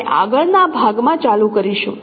આપણે આગળના ભાગમાં ચાલુ કરીશું